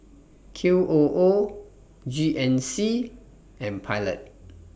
Q O O G N C and Pilot